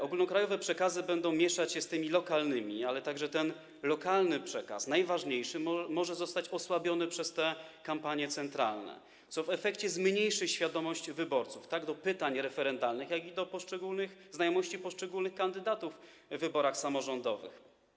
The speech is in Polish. Ogólnokrajowe przekazy będą mieszać się z lokalnymi, ale także ten lokalny przekaz, najważniejszy, może zostać osłabiony przez kampanie centralne, co w efekcie zmniejszy świadomość wyborców tak co do pytań referendalnych, jak i co do znajomości poszczególnych kandydatów w wyborach samorządowych.